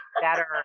better